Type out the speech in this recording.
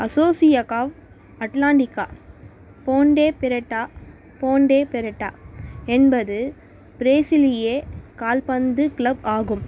Associação Atlética Ponte Preta Ponte Preta என்பது பிரேசிலிய கால்பந்து கிளப் ஆகும்